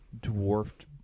dwarfed